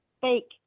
fake